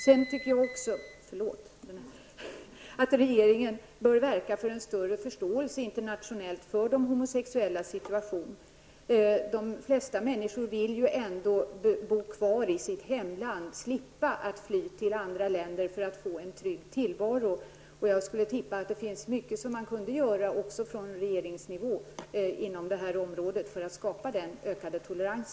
Vidare tycker jag att regeringen bör verka för en större förståelse internationellt för de homosexuellas situation. De flesta människor vill ju ändå bo kvar i sitt hemland och slippa fly till andra länder för att få en trygg tillvaro. Jag antar att man skulle kunna göra mycket även på regeringsnivå för att i detta avseende skapa en större tolerans.